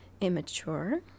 immature